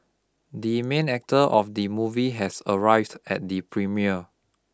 the main actor of the movie has arrived at the premiere